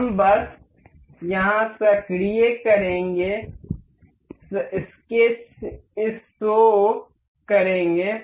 हम बस यहां सक्रिय करेंगे स्केच इसे शो करेंगे